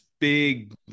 big